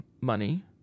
money